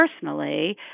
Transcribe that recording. personally